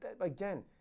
Again